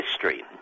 history